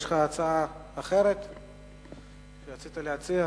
יש לך הצעה אחרת שרצית להציע.